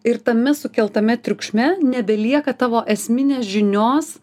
ir tame sukeltame triukšme nebelieka tavo esminės žinios